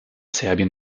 serbien